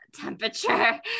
temperature